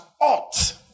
ought